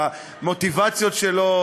שהצביע יחד עם האופוזיציה,